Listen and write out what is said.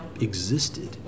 existed